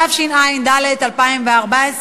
התשע"ד 2014,